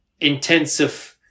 intensive